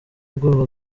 ubwoba